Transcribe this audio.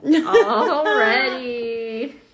Already